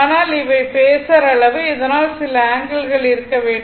ஆனால் இவை பேஸர் அளவு அதனால் சில ஆங்கிள்கள் இருக்க வேண்டும்